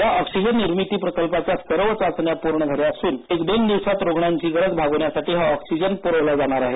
या ऑक्सिजन निर्मिती प्रकल्पाच्या सर्व चाचण्या पूर्ण झाल्या असून एक ते दोन दिवसात रुग्णांची गरज भागवण्यासाठी हा ऑक्सिजन पुरवला जाणार आहे